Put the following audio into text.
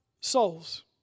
souls